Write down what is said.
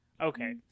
Okay